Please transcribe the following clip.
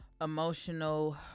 emotional